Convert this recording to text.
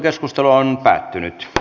keskustelu päättyi